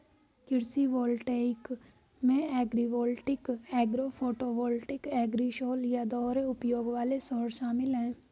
कृषि वोल्टेइक में agrivoltaic agro photovoltaic agrisol या दोहरे उपयोग वाले सौर शामिल है